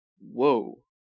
Whoa